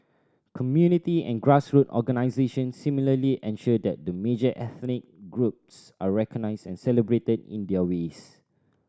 community and grassroot organisations similarly ensure that the major ethnic groups are recognised and celebrated in their ways